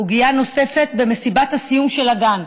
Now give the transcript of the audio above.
עוגייה נוספת במסיבת הסיום של הגן.